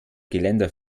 geländer